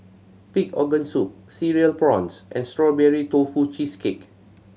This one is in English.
pig organ soup Cereal Prawns and Strawberry Tofu Cheesecake